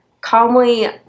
calmly